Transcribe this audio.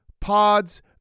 pods